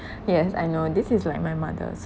yes I know this is like my mother also